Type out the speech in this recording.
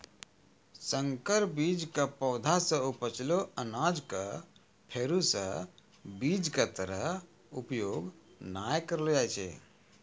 संकर बीज के पौधा सॅ उपजलो अनाज कॅ फेरू स बीज के तरह उपयोग नाय करलो जाय छै